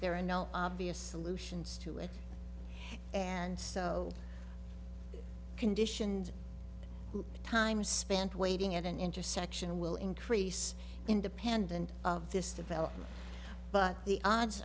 there are no obvious solutions to it and so conditioned time spent waiting at an intersection will increase independent of this development but the odds